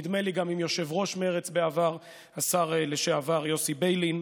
נדמה לי גם עם יושב-ראש מרצ בעבר השר לשעבר יוסי ביילין,